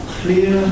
clear